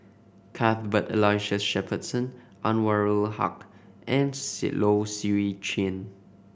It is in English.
Cuthbert Aloysius Shepherdson Anwarul Haque and Swee Low Swee Chen